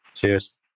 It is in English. Cheers